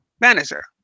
manager